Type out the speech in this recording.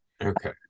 okay